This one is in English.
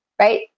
right